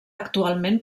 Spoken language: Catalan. actualment